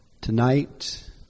tonight